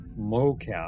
mocap